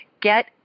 get